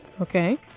Okay